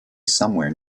somewhere